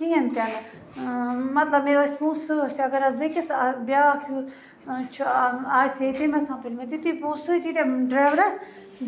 کِہیٖنۍ تہِ نہٕ مَطلَب مےٚ ٲسۍ پونٛسہٕ سۭتۍ اَگر حظ بیٚیہِ کِس آ بیٛاکھ ہیوٗ چھِ آنُن آسہِ ہے تٔمۍ آسہٕ ہن تُلۍمٕتۍ تِتی پونٛسہٕ سۭتۍ ییٖتیٛاہ ڈرٛیورَس